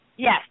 Yes